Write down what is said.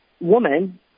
Woman